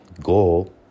goal